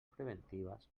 preventives